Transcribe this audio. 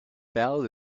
ballad